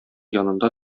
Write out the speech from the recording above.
янында